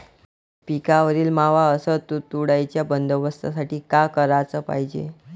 पिकावरील मावा अस तुडतुड्याइच्या बंदोबस्तासाठी का कराच पायजे?